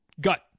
gut